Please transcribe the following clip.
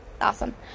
Awesome